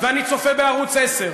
ואני צופה בערוץ 10,